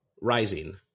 Rising